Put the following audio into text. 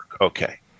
okay